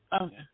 Okay